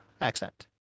accent